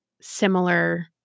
similar